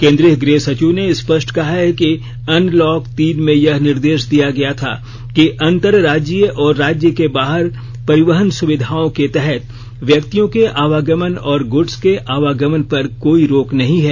केंद्रीय गृह सचिव ने स्पष्ट कहा है कि अनलॉक तीन में यह निर्देश दिया गया था कि अंतरराज्यीय और राज्य से बाहर परिवहन सुविधाओं के तहत व्यक्तियों के आवागमन और गुड्स के आवागमन पर कोई रोक नहीं है